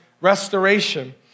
restoration